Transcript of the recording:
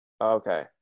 Okay